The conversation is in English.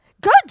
Good